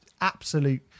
absolute